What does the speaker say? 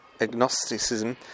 agnosticism